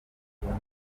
sinari